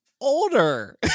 older